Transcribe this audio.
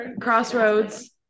Crossroads